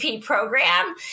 program